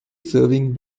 serving